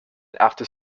after